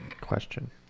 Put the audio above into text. question